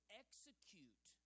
execute